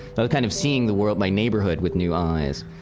but kind of seeing the world, my neighborhood with new eyes.